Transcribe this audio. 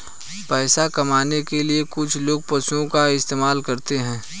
पैसा कमाने के लिए कुछ लोग पशुओं का इस्तेमाल करते हैं